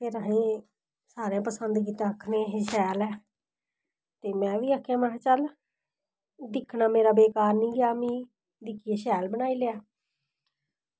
फिर असें सारें पसंद कीता आक्खदे शैल ऐ ते में बी आक्खेआ में हा चल दिक्खना महां मेरा बेकार निं होई जा दिक्खियै शैल बनाई लेआ